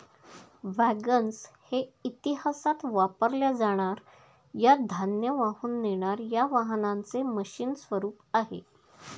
wagons हे इतिहासात वापरल्या जाणार या धान्य वाहून नेणार या वाहनांचे मशीन स्वरूप आहे